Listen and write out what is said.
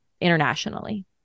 internationally